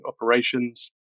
operations